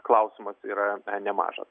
klausimas yra nemažas